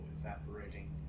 evaporating